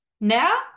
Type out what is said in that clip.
Now